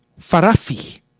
farafi